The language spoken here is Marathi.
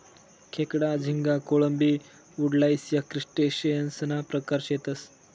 खेकडा, झिंगा, कोळंबी, वुडलाइस या क्रस्टेशियंससना प्रकार शेतसं